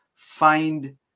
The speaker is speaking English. find